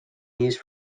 used